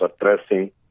addressing